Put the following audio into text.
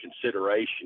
consideration